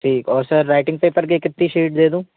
ठीक और pen writing paper के कितनी शीट दे दूँ